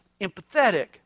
empathetic